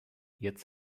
jetzt